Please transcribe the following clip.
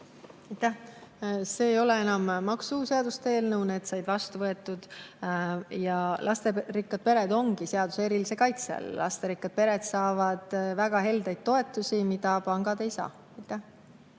See ei ole enam maksuseaduste eelnõu, need [muudatused] said vastu võetud. Lasterikkad pered ongi seaduse erilise kaitse all. Lasterikkad pered saavad väga heldeid toetusi, mida pangad ei saa.